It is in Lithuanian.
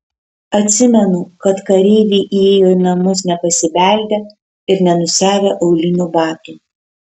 atsimenu kad kareiviai įėjo į namus nepasibeldę ir nenusiavę aulinių batų